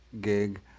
gig